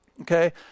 Okay